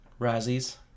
Razzies